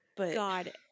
God